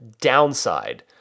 downside